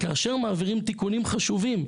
כאשר מעבירים תיקונים חשובים,